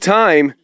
time